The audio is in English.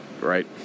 ...right